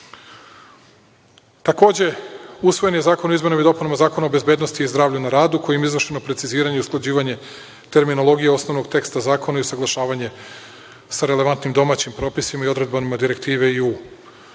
države. Takođe, usvojen je Zakon o izmenama i dopunama Zakona o bezbednosti i zdravlju na radu, kojim je izvršeno preciziranje i usklađivanje terminologije osnovnog teksta zakona i usaglašavanje sa relevantnim domaćim propisima i odredbama Direktive EU.U